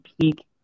peak